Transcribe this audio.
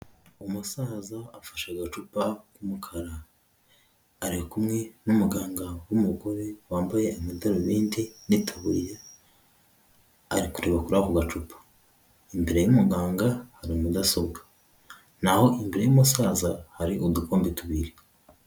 Umusaza afashe agacupa k'umukara, ari kumwe n'umuganga w'umugore wambaye amadarubindi n'itaburiya, ari kureba kuri ako gacupa, imbere y'umuganga hari mudasobwa. Naho imbere y'umusaza, hari udukombe tubiri.